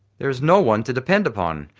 there is no one to depend upon,